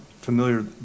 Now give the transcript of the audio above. familiar